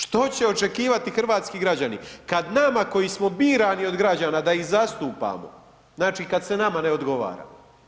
Što će očekivati hrvatski građani kad nama koji smo birani od građana da ih zastupamo, znači kad se nama ne odgovara?